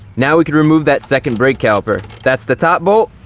now we can remove that second brake caliper. that's the top bolt.